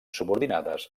subordinades